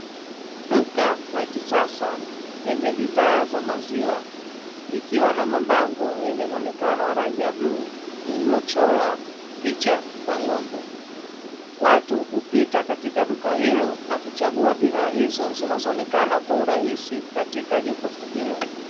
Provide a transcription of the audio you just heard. Duka la kisasa lenye bidhaa za maziwa likiwa na mabango yenye muonekano wa rangi ya bluu lililochorwa picha za ng'ombe. Watu hupita katika duka hilo na kuchagua bidhaa hizo zinazoonekana kwa urahisi katika jokofu hilo.